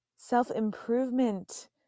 self-improvement